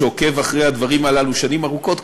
שעוקב אחרי הדברים הללו שנים ארוכות,